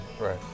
Right